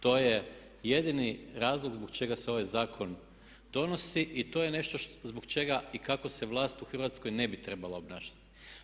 To je jedini razlog zbog čega se ovaj zakon donosi i to je nešto zbog čega i kako se vlast u Hrvatskoj ne bi trebala obnašati.